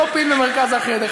לא פיל במרכז החדר.